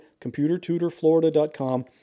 computertutorflorida.com